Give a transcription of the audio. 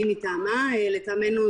לא ניתן לבצע חקירה אפידמיולוגית כאמור".